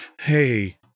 hey